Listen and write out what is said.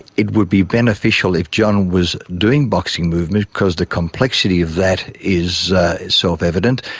it would be beneficial if john was doing boxing movement because the complexity of that is self-evident,